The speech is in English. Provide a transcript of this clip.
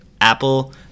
Apple